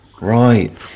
Right